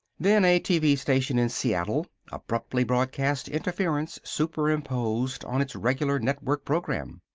then a tv station in seattle abruptly broadcast interference superimposed on its regular network program.